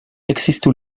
existe